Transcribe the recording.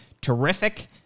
terrific